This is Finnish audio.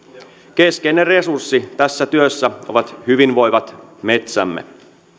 keskeinen resurssi tässä työssä ovat hyvinvoivat metsämme